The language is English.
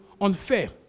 unfair